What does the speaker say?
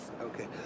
Okay